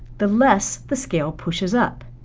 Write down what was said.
the less the scale pushes up.